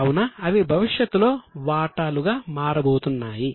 కావున అవి భవిష్యత్తులో వాటాలుగా మారబోతున్నాయి